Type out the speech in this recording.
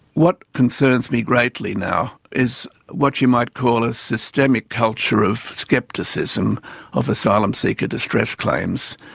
what concerns me greatly now is what you might call a systemic culture of scepticism of asylum seeker distress claims,